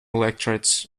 electorates